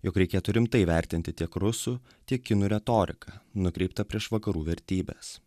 jog reikėtų rimtai vertinti tiek rusų tiek kinų retoriką nukreiptą prieš vakarų vertybes